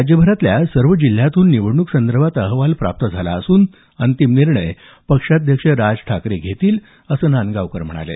राज्यभरातल्या सर्व जिल्ह्यातून निवडणूक संदर्भात अहवाल प्राप्त झाला असून अंतिम निर्णय पक्षाध्यक्ष राज ठाकरे घेतील असं नांदगावकर म्हणाले